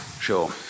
Sure